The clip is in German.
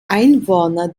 einwohner